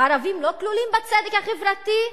הערבים לא כלולים בצדק החברתי?